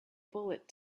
bullet